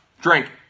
Drink